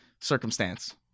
circumstance